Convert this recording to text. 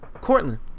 Courtland